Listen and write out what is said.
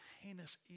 heinous